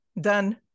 Done